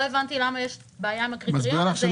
לא הבנתי למה יש בעיה עם הקריטריון הזה.